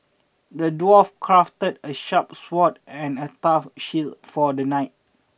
the dwarf crafted a sharp sword and a tough shield for the knight